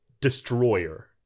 destroyer